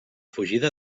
fugida